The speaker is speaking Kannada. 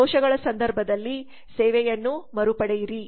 ದೋಷಗಳ ಸಂದರ್ಭದಲ್ಲಿ ಸೇವೆಯನ್ನು ಮರುಪಡೆಯಿರಿ